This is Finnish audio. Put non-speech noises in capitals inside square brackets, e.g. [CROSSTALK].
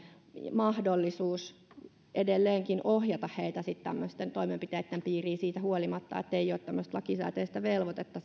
mahdollisuus edelleenkin ohjata heitä tämmöisten toimenpiteitten piiriin siitä huolimatta ettei siihen ole lakisääteistä velvoitetta [UNINTELLIGIBLE]